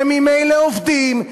שממילא עובדים,